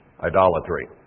idolatry